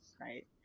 right